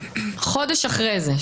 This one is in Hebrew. חודש אחרי זה,